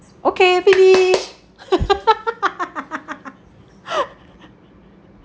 okay finish